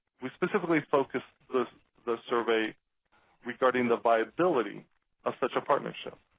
we specifically focused the survey regarding the viability of such a partnership.